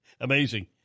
Amazing